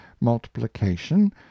multiplication